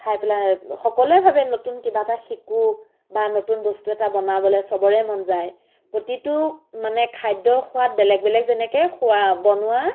খায় পেলাই সকলোৱে ভাবে নতুন কিবা এটা শিকো বা নতুন বস্তু এটা বনাবলৈ চবৰে মন যায় প্ৰতিটো মানে খাদ্যৰ সোৱাদ বেলেগ বেলেগ যেনেকৈ খোৱা বনোৱা